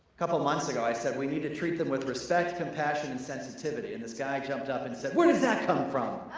couple of months ago i said we need to treat them with respect, compassion and sensitivity and this guy jumped up and said, where does that come from?